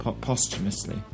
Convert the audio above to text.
posthumously